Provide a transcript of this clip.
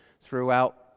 throughout